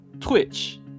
Twitch